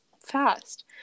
fast